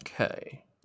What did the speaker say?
Okay